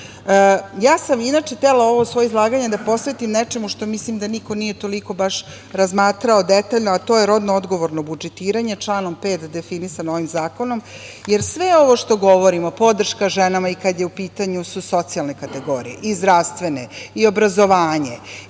sam inače htela ovo svoje izlaganje da posvetim nečemu što mislim da niko nije toliko baš razmatrao detaljno, a to je rodno odgovorno budžetiranje, članom 5. definisano ovim zakonom, jer sve ovo što govorimo, podrška ženama, i kada su u pitanju socijalne kategorije, i zdravstvene, i obrazovanje,